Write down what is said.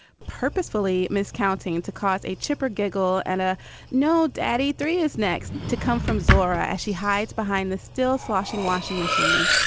purposefully miscounting to cause a chipper giggle and a no daddy. three is next to come from zorah. she hides behind the still sloshing washing machine.